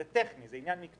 זה טכני, זה עניין מקצועי.